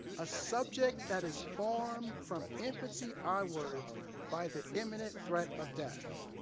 a subject that is formed from infancy onwards by the imminent threat of death.